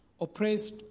oppressed